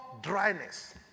dryness